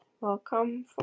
Welcome